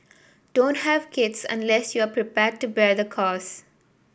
don't have kids unless you are prepared to bear the cost